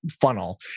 funnel